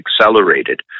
accelerated